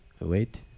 wait